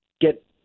get